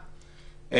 המשפחה.